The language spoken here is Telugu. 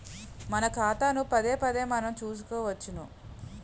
మన ఖాతాను పదేపదే మనం చూసుకోవచ్చును